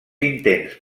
intents